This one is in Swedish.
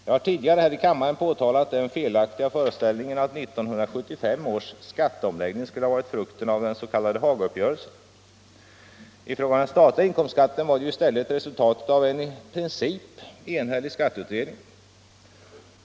Jag har tidigare här i kammaren påtalat den felaktiga föreställningen att 1975 års skatteomläggning skulle ha varit frukten av den s.k. Hagauppgörelsen. I fråga om den statliga inkomstskatten var det ju i stället resultatet av en i princip enhällig skatteutredning.